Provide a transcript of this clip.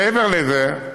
מעבר לזה,